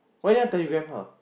why you never telegram her